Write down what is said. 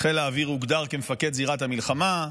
חיל האוויר הוגדר כמפקד זירת המלחמה,